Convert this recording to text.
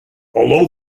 although